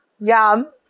Yum